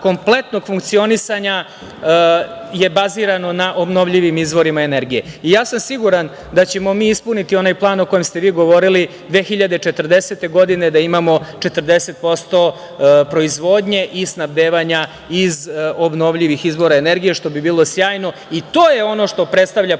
kompletnog funkcionisanja je bazirano na obnovljivim izvorima energije. Siguran sam da ćemo mi ispuniti onaj plan, o kojem ste vi govorili, 2040. godine da imamo 40% proizvodnje i snabdevanja iz obnovljivih izvora energije, što bi bilo sjajno. To je ono što predstavlja